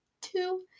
two